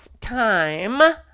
time